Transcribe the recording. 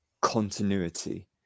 continuity